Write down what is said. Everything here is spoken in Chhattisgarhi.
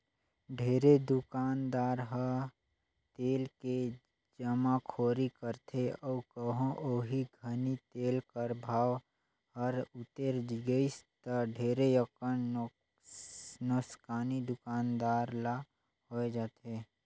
ढेरे दुकानदार ह तेल के जमाखोरी करथे अउ कहों ओही घनी तेल कर भाव हर उतेर गइस ता ढेरे अकन नोसकानी दुकानदार ल होए जाथे